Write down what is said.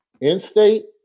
In-state